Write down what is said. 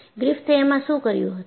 ગ્રિફિથે એ એમાં શું કર્યું હતું